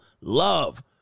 love